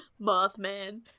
mothman